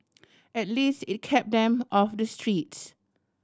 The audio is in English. at least it kept them off the streets